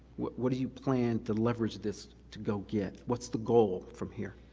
what what do you plan to leverage this to go get? what's the goal from here?